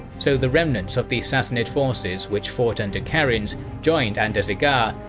so the remnants of the sassanid forces which fought under karinz joined andarzaghar,